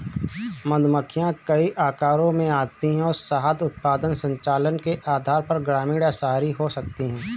मधुमक्खियां कई आकारों में आती हैं और शहद उत्पादन संचालन के आधार पर ग्रामीण या शहरी हो सकती हैं